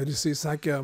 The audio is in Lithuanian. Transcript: ir jisai sakė